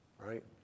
right